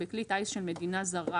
בכלי טיס של מדינה זרה,